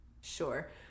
Sure